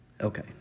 Okay